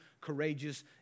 courageous